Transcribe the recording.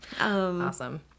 awesome